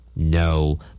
No